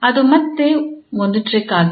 ಅದು ಮತ್ತೆ ಒಂದು ಟ್ರಿಕ್ ಆಗಿದೆ